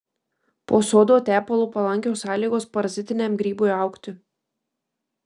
po sodo tepalu palankios sąlygos parazitiniam grybui augti